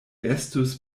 estus